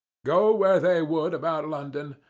go where they would about london,